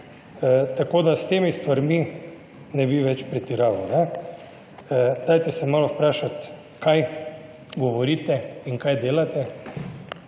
Tako da s temi stvarmi ne bi več pretiraval. Dajte se malo vprašati, kaj govorite in kaj delate.